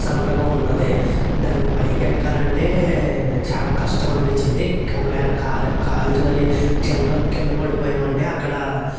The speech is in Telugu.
సన్నగా ఉన్నది దాని పైకెక్కాలంటే చాలా కష్టం అనిపించింది ఒకవేళ కాలు జారి కింద కింద పడిపోయాం అంటే అక్కడ